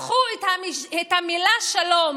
הפכו את המילה "שלום",